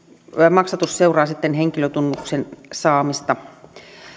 maksatus seuraa sitten henkilötunnuksen saamista